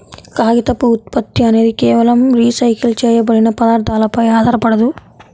కాగితపు ఉత్పత్తి అనేది కేవలం రీసైకిల్ చేయబడిన పదార్థాలపై ఆధారపడదు